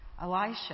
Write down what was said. Elisha